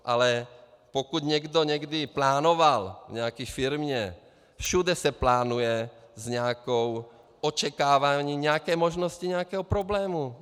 Ale pokud někdo někdy plánoval v nějaké firmě všude se plánuje s nějakým očekáváním nějaké možnosti nějakého problému.